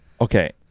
okay